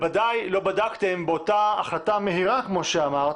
בוודאי לא בדקתם באותה החלטה מהירה כמו שאמרת,